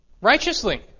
righteously